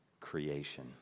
creation